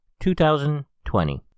2020